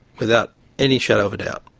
without any shadow of a doubt,